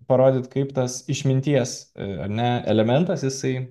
parodyt kaip tas išminties ar ne elementas jisai